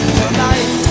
tonight